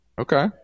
Okay